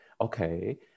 okay